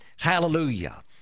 hallelujah